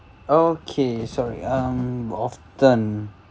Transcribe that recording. okay sorry um often